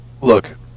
look